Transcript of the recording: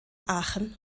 aachen